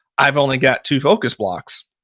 i've only got two focus blocks.